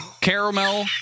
caramel